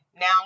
Now